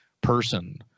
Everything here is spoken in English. person